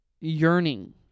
yearning